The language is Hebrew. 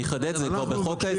אני אחדד, זה כבר נכנס לחוק ההסדרים.